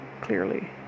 clearly